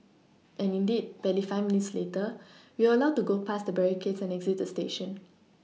and indeed barely five minutes later we were allowed to go past the barricades and exit the station